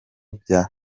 bya